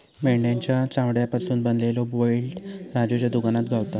मेंढ्याच्या चामड्यापासून बनवलेलो बेल्ट राजूच्या दुकानात गावता